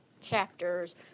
chapters